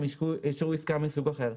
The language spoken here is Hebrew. הם אישרו עסקה מסוג אחר.